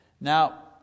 Now